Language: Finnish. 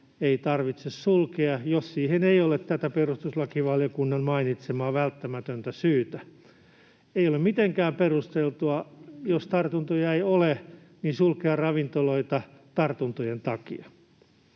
ei tarvitse sulkea, jos siihen ei ole tätä perustuslakivaliokunnan mainitsemaa välttämätöntä syytä. Ei ole mitenkään perusteltua, jos tartuntoja ei ole, sulkea ravintoloita tartuntojen takia.